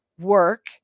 work